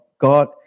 God